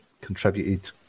contributed